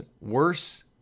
worse